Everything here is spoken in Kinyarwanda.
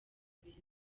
beza